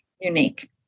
unique